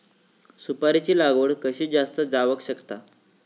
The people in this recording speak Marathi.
सुपारीची लागवड कशी जास्त जावक शकता?